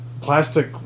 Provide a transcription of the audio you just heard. plastic